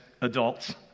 adults